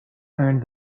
earned